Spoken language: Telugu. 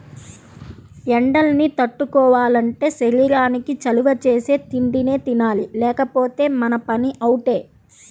ఎండల్ని తట్టుకోవాలంటే శరీరానికి చలవ చేసే తిండినే తినాలి లేకపోతే మన పని అవుటే